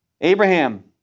Abraham